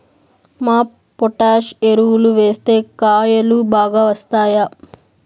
MOP potash ఎరువులు వేస్తే కాయలు బాగా వస్తాయా?